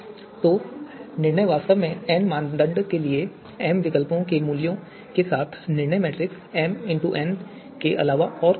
तो निर्णय वास्तव में n मानदंड के लिए m विकल्पों के मूल्यों के साथ निर्णय मैट्रिक्स के अलावा और कुछ नहीं है